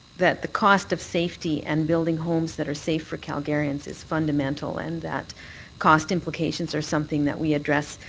that the cost of safety and building homes that are safe for calgarians is fundamental and that cost implications are something that we address,